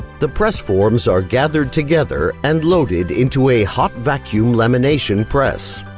the press forms are gathered together and loaded into a hot vacuum lamination press.